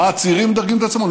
מה הצעירים מדרגים את עצמם?